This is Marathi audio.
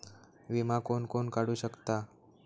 विमा कोण कोण काढू शकता?